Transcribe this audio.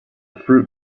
fruit